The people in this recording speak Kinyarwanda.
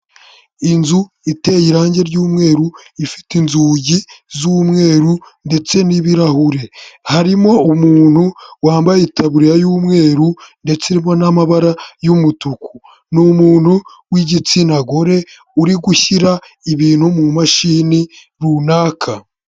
Inzu iteye irange ry'umweru, ifite inzugi z'umweru ndetse n'ibirahure, harimo umuntu wambaye itaburiya y'umweru ndetse irimo n'amabara y'umutuku, ni umuntu w'igitsina gore, uri gushyira ibintu mu mashini runaka.